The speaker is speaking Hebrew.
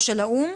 הוא של האו"ם?